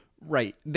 Right